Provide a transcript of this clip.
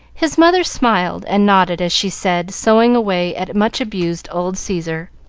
his mother smiled and nodded as she said, sewing away at much-abused old caesar,